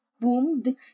boomed